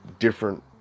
different